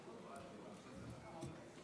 תודה רבה,